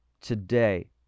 today